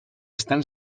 estan